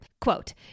Quote